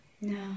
No